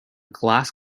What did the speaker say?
glass